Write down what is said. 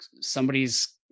somebody's